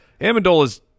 Amendola's